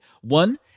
One